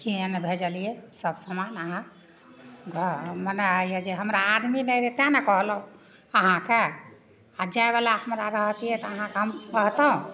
किएक नहि भेजलिए सब समान अहाँ घर मने आइ जे हमरा आदमी नहि रहै तेँ ने कहलहुँ अहाँकेँ आओर जाएवला हमरा रहतिए तऽ अहाँकेँ हम कहतहुँ